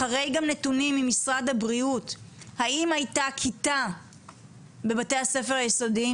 אחרי גם נתונים ממשרד הבריאות של האם הייתה כיתה בבתי הספר היסודיים